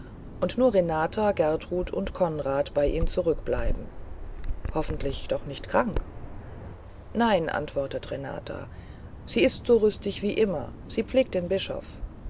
und nur renata gertrud und konrad bei ihm zurückbleiben hoffentlich doch nicht krank nein antwortet renata sie ist so rüstig wie immer sie pflegt den bischof